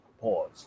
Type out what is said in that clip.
pause